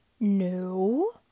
No